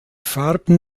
farben